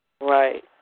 Right